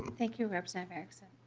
thank you representative erickson.